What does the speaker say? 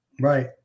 Right